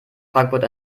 frankfurt